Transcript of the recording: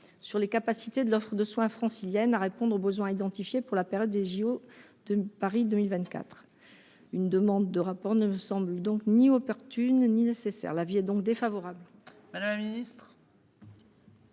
sur les capacités de l'offre de soins francilienne à répondre aux besoins identifiés pour la période des Jeux de Paris 2024. Une demande de rapport ne me semblant ni opportune ni nécessaire, je suis défavorable